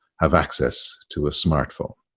have access to a smart phone.